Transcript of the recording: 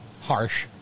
harsh